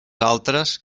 altres